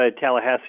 Tallahassee